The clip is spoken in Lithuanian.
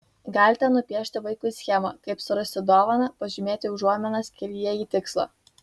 galite nupiešti vaikui schemą kaip surasti dovaną pažymėti užuominas kelyje į tikslą